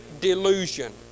delusion